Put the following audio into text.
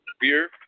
beer